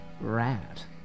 rat